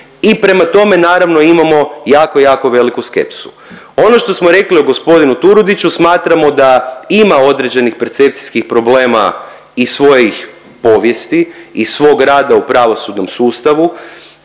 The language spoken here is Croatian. i prema tome naravno imamo jako jako veliku skepsu. Ono što smo rekli o g. Turudiću smatramo da ima određenih percepcijskih problema iz svojih povijesti, iz svog rada u pravosudnom sustavu,